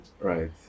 right